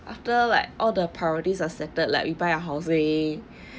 after like all the priorities are settled like you buy a housing